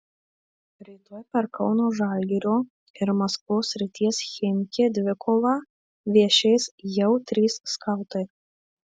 rytoj per kauno žalgirio ir maskvos srities chimki dvikovą viešės jau trys skautai